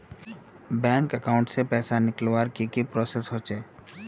Bank account से पैसा निकालवर की की प्रोसेस होचे?